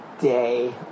day